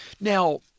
Now